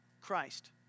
Christ